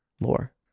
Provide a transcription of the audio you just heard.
Lore